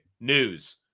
News